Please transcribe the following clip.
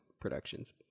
productions